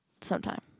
sometime